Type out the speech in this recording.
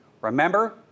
Remember